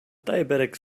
diabetics